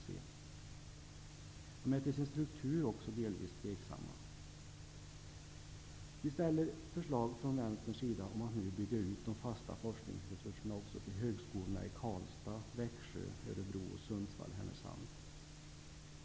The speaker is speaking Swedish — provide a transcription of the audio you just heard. De är till sin struktur också delvis tveksamma. Vi föreslår från vänsterns sida att man nu skall bygga ut de fasta forskningsresurserna också till högskolorna i Karlstad, Växjö, Örebro och Sundsvall-Härnösand.